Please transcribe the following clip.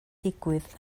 digwydd